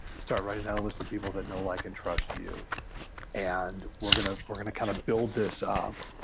start writing out a list of people that know, like and trust you and we're gonna we're gonna kind of build this up.